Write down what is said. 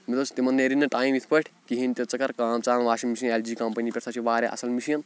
مےٚ دوٚپُس تِمَن نیرِ نہٕ ٹایم یَتھ پٲٹھۍ کِہیٖنۍ تہِ ژٕ کَر کٲم ژٕ اَن washing machine L G company پٮ۪ٹھ سۄ چھ واریاہ اَصٕل مِشیٖن